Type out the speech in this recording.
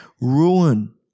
ruin